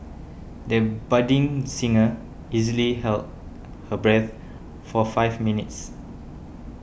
the budding singer easily held her breath for five minutes